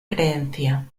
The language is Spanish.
creencia